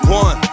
one